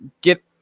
get